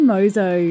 Mozo